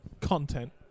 content